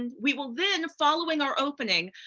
and we will then, following our opening,